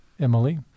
Emily